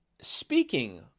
speaking